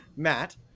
Matt